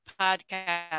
podcast